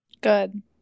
Good